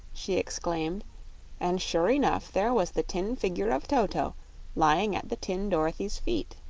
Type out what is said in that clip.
she exclaimed and sure enough there was the tin figure of toto lying at the tin dorothy's feet.